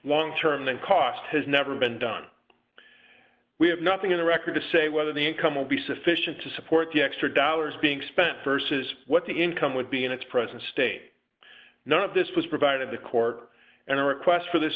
one term than cost has never been done we have nothing in the record to say whether the income will be sufficient to support the extra dollars being spent versus what the income would be in its present state none of this was provided in the court and a request for this